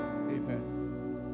Amen